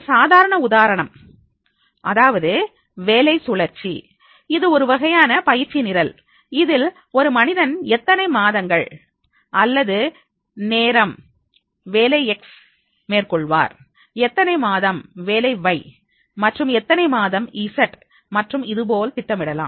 ஒரு சாதாரண உதாரணம் அதாவது வேலை சுழற்சி இது ஒருவகையான பயிற்சி நிரல் இதில் ஒரு மனிதன் எத்தனை மாதங்கள் அல்லது நேரம் வேலை X மேற்கொள்வார் எத்தனை மாதம் வேலை Y மற்றும் எத்தனை மாதம் Z மற்றும் இது போல் திட்டமிடலாம்